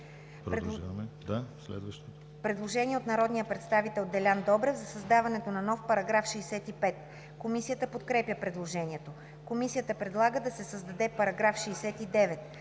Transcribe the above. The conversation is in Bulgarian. Предложение от народния представител Делян Добрев за създаването на нов § 65. Комисията подкрепя предложението. Комисията предлага да се създаде § 69: „§ 69.